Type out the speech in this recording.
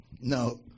No